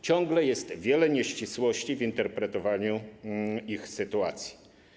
Ciągle jest wiele nieścisłości w interpretowaniu tych sytuacji.